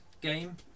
game